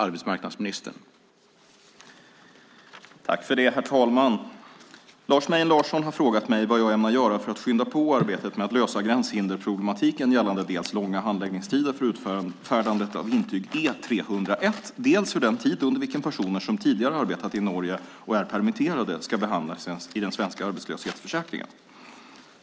Herr talman! Lars Mejern Larsson har frågat mig vad jag ämnar göra för att skynda på arbetet med att lösa gränshindersproblematiken gällande dels långa handläggningstider för utfärdandet av intyg E301, dels hur den tid under vilken personer som tidigare arbetat i Norge och är permitterade ska behandlas i den svenska arbetslöshetsförsäkringen.